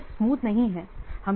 यह स्मूथ नहीं है